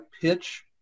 pitch